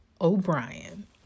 O'Brien